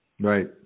Right